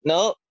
No